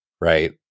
right